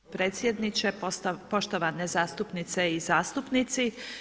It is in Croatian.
Potpredsjedniče, poštovane zastupnice i zastupnici.